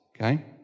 Okay